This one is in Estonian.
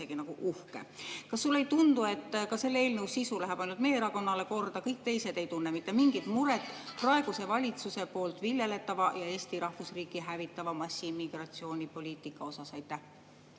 Kas sulle ei tundu, et ka selle eelnõu sisu läheb korda ainult meie erakonnale, keegi teine ei tunne mitte mingit muret praeguse valitsuse viljeldava ja Eesti rahvusriiki hävitava massiimmigratsioonipoliitika pärast? Aitäh,